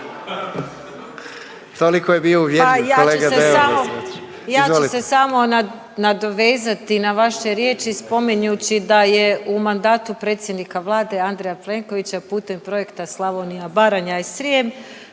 Izvolite. **Vučković, Marija (HDZ)** Ja ću se samo nadovezati na vaše riječi spominjući da je u mandatu predsjednika Vlade Andreja Plenkovića putem projekta Slavonija, Baranja i Srijem,